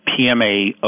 PMA